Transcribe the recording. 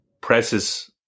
presses